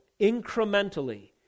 incrementally